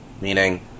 Meaning